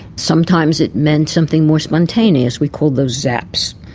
sometimes it meant something more spontaneous, we called those zaps.